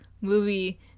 movie